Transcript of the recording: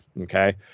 okay